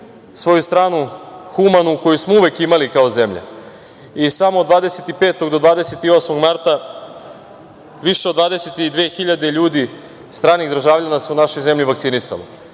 svoju humanu stranu koju smo uvek imali kao zemlja i samo od 25. do 28. marta više od 22.000 ljudi stranih državljana se u našoj zemlji vakcinisalo